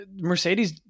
Mercedes